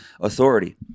authority